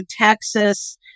Texas